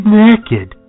naked